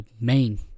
main